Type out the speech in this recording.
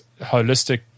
holistic